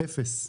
אפס.